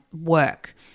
work